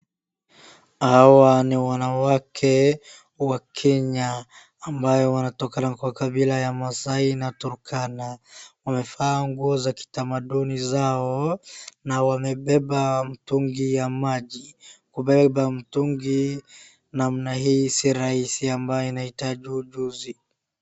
Hawa ni wanawake wa Kenya ambao wanatoka kutoka kabila ya Maasai na Turkana. Wamevaa nguo za kitamaduni zao na wamebeba mtungi ya maji. Kubeba mtungi namna hii si rahisi ambayo inahitaji ujuzi.